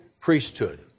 priesthood